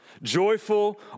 Joyful